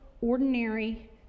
ordinary